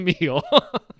meal